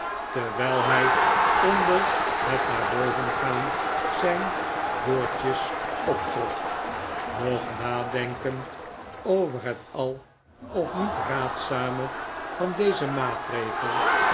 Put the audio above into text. kenwigs hij onder het naar boven gaan zijn boordjes optrok nog nadenkend over het al of niet raadzame van dezen maatregel